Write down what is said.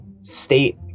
state